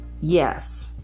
Yes